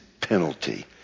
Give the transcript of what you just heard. penalty